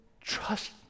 Trust